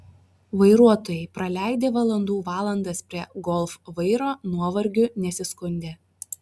vairuotojai praleidę valandų valandas prie golf vairo nuovargiu nesiskundė